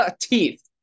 teeth